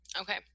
Okay